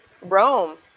Rome